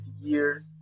years